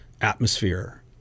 atmosphere